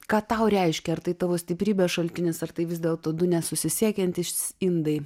ką tau reiškia ar tai tavo stiprybės šaltinis ar tai vis dėlto du nesusisiekiantys indai